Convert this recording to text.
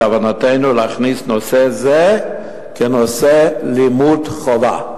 בכוונתנו להכניס נושא זה כנושא לימוד חובה.